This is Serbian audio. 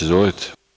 Izvolite.